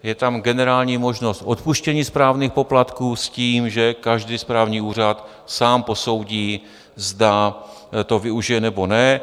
Je tam generální možnost odpuštění správních poplatků s tím, že každý správní úřad sám posoudí, zda to využije, nebo ne.